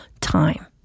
time